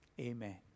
amen